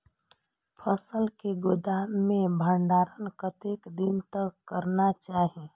फसल के गोदाम में भंडारण कतेक दिन तक करना चाही?